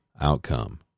outcome